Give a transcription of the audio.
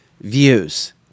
views